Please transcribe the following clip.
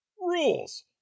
rules